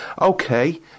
Okay